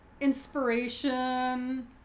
inspiration